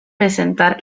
presentar